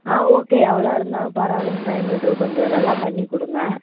ஆ okay எவ்வளோ இருந்தாலும் பரவாயில்லைங்கம்மா எங்களுக்கு கொஞ்சம் நல்லாப் பண்ணிக்கொடுங்க